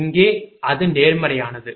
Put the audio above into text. இங்கே அது நேர்மறையானது